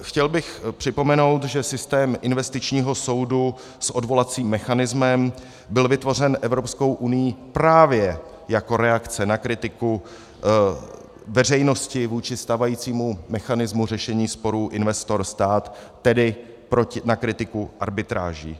Chtěl bych připomenout, že systém investičního soudu s odvolacím mechanismem byl vytvořen Evropskou unií právě jako reakce na kritiku veřejnosti vůči stávajícímu mechanismu řešení sporů investor stát, tedy na kritiku arbitráží.